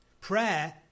Prayer